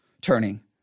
Turning